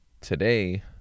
today